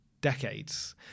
decades